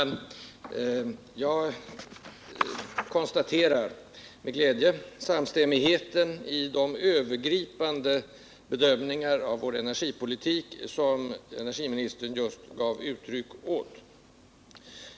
Herr talman! Jag konstaterar för min del med glädje samstämmigheten i de övergripande bedömningar av vår energipolitik som energiministern just gav uttryck åt.